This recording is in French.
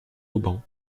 auban